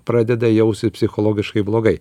pradeda jaustis psichologiškai blogai